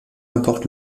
importe